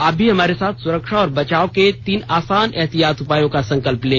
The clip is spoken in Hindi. आप भी हमारे साथ सुरक्षा और बचाव के तीन आसान एहतियाती उपायों का संकल्प लें